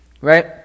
right